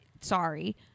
sorry